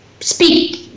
speak